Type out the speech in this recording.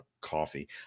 coffee